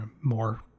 more